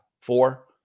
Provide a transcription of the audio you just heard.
four